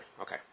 Okay